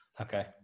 Okay